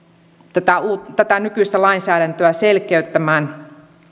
tätä tätä nykyistä lainsäädäntöä selkeyttämään